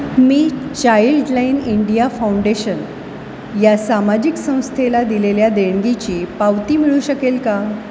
मी Childline India Foundation या सामाजिक संस्थेला दिलेल्या देणगीची पावती मिळू शकेल का